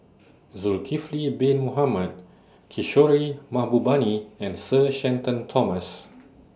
Zulkifli Bin Mohamed Kishore Mahbubani and Sir Shenton Thomas